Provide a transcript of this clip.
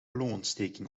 longontsteking